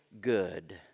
good